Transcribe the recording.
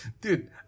Dude